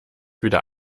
wieder